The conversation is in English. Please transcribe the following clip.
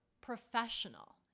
professional –